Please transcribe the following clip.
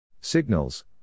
Signals